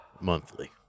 Monthly